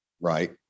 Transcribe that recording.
right